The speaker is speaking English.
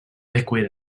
liquid